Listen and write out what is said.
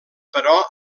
però